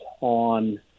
on